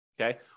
Okay